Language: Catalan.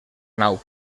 nau